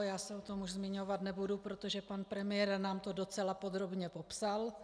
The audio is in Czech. Já se o tom už zmiňovat nebudu, protože pan premiér nám to docela podrobně popsal.